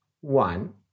one